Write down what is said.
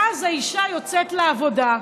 ואז האישה יוצאת לעבודה,